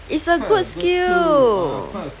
it's a good skill